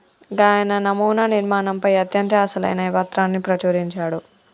గాయన నమునా నిర్మాణంపై అత్యంత అసలైన పత్రాన్ని ప్రచురించాడు